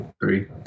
Three